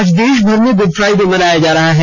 आज देशभर में गुड फ्राइडे मनाया जा रहा है